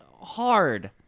hard